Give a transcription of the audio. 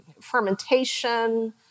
fermentation